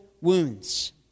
wounds